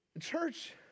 Church